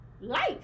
life